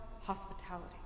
hospitality